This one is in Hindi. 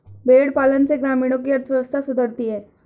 भेंड़ पालन से ग्रामीणों की अर्थव्यवस्था सुधरती है